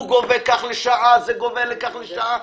הוא גובה כך לשעה, זה גובה כך לשעה.